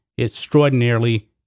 extraordinarily